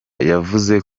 yavuze